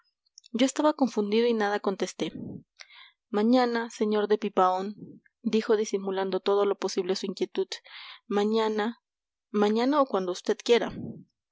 yo estaba confundido y nada contesté mañana sr de pipaón dijo disimulando todo lo posible su inquietud mañana mañana o cuando vd quiera